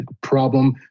problem